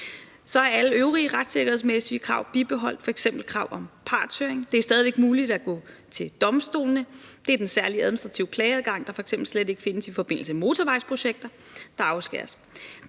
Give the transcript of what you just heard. Så er alle øvrige retssikkerhedsmæssige krav bibeholdt, f.eks. krav om partshøring. Det er stadig væk muligt at gå til domstolene. Det er den særlige administrative klageadgang, der f.eks. slet ikke findes i forbindelse med motorvejsprojekter, der afskæres.